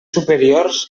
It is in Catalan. superiors